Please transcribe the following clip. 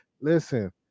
Listen